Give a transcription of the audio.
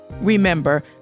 Remember